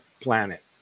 planet